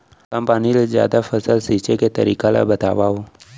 कम पानी ले जादा फसल सींचे के तरीका ला बतावव?